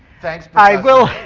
thanks i will